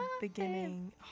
Beginning